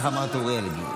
גם הכרזת שתמה ההצבעה.